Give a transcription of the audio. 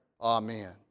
Amen